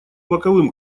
боковым